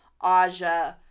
Aja